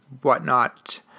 whatnot